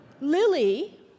Lily